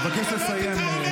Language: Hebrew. אבקש לסיים.